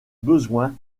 besoins